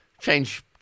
change